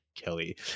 Kelly